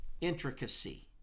intricacy